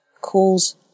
calls